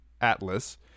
Atlas